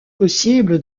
possible